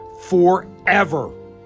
forever